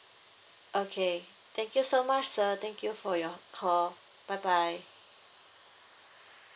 okay thank you so much sir thank you for your call bye bye